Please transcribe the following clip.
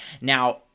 Now